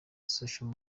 social